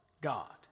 God